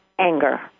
anger